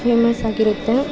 ಫೇಮಸಾಗಿರುತ್ತೆ